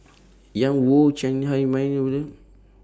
Ian Woo Chiang Hai